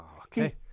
Okay